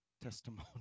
testimony